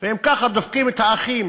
ואם ככה דופקים את האחים